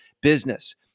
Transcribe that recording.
business